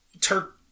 Turk